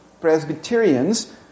Presbyterians